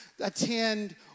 attend